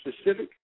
specific